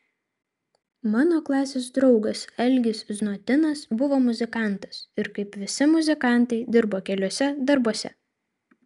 mano klasės draugas algis znotinas buvo muzikantas ir kaip visi muzikantai dirbo keliuose darbuose